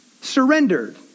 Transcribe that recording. surrendered